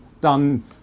done